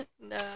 No